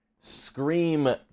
Scream